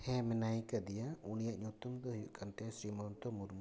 ᱦᱮᱸ ᱢᱮᱱᱟᱭᱠᱟᱫᱮᱭᱟ ᱩᱱᱤᱭᱟᱜ ᱧᱩᱛᱩᱢ ᱫᱚ ᱦᱩᱭᱩᱜ ᱠᱟᱱᱟ ᱛᱟᱭᱟ ᱥᱤᱢᱚᱱᱛᱚ ᱢᱩᱨᱢᱩ